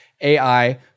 AI